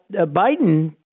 Biden